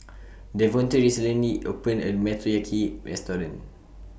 Davonte recently opened A New Motoyaki Restaurant